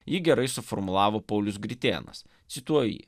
jį gerai suformulavo paulius gritėnas cituoju jį